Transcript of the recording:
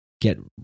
get